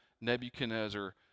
Nebuchadnezzar